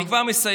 אני כבר מסיים.